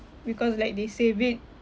because like they save it